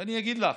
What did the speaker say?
אני אגיד לך,